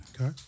Okay